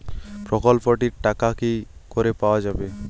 প্রকল্পটি র টাকা কি করে পাওয়া যাবে?